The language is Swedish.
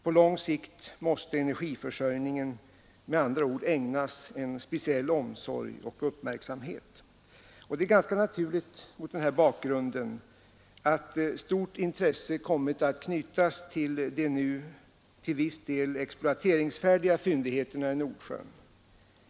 På lång sikt måste energiförsörjningen med andra ord ägnas en speciell omsorg och uppmärksamhet. Mot denna bakgrund är det ganska naturligt att stort intresse kommit att knytas till de nu till viss del exploateringsfärdiga fyndigheterna i Nordsjön.